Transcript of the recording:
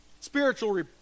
spiritual